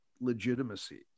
legitimacy